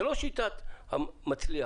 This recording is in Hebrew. זה לא שיטת מצליח.